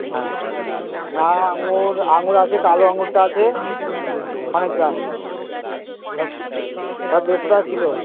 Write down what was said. হ্যাঁ না আঙুর আঙুর আছে কালো আঙুরটা আছে অনেক দাম সব সব দেড়শো টাকা কিলো